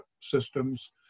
Systems